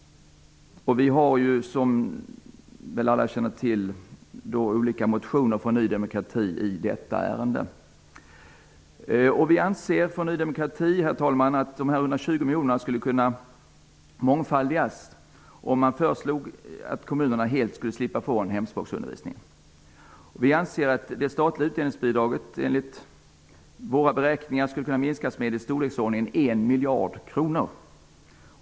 Vi har som väl alla känner till olika motioner från Ny demokrati i detta ärende. Herr talman! Vi i Ny demokrati anser att de 120 miljonerna skulle kunna mångfaldigas om man föreslog att kommunerna helt skulle slippa ifrån hemspråksundervisningen. Enligt våra beräkningar skulle det statliga utjämningsbidraget kunna minskas med i storleksordningen en miljard kronor.